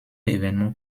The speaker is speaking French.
évènements